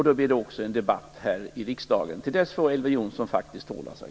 Då blir det också en debatt här i riksdagen. Till dess får Elver Jonsson faktiskt hålla sig.